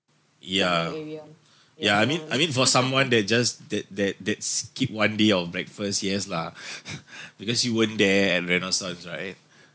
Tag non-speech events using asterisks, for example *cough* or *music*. yeah ya I mean I mean for someone that just that that that skipped one day of breakfast yes lah *laughs* because you weren't there at renaissance right